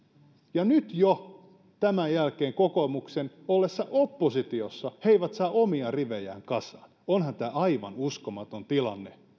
ja nyt jo tämän jälkeen kokoomuksen ollessa oppositiossa he eivät saa omia rivejään kasaan onhan tämä aivan uskomaton tilanne onhan